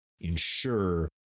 ensure